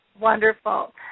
Wonderful